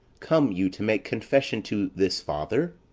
come you to make confession to this father?